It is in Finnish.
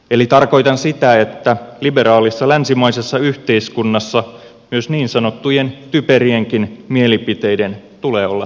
eli tarkoitan sitä että liberaalissa länsimaisessa yhteiskunnassa myös niin sanottujen typerienkin mielipiteiden tulee olla sallittuja